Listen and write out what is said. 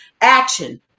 action